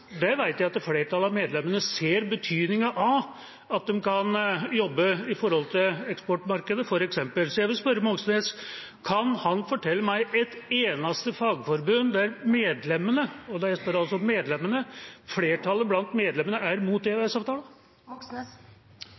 jeg at flertallet av medlemmene ser betydningen av at de f.eks. kan jobbe mot eksportmarkedet. Så jeg vil spørre Moxnes: Kan han fortelle meg om et eneste fagforbund der flertallet av medlemmene – og jeg spør om medlemmene – er mot EØS-avtalen? I Transportarbeiderforbundet var det flertall mot